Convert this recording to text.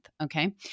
Okay